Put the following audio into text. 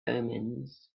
omens